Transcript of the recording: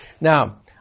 Now